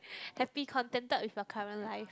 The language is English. happy contented with your current life